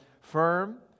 firm